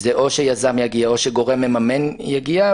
שזה או שיזם יגיע או שגורם מממן יגיע,